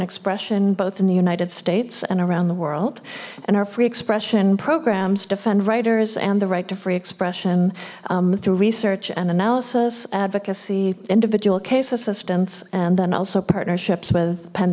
expression both in the united states and around the world and our free expression programs defend writers and the right to free expression through research and analysis advocacy individual case assistance and then also partnerships with pen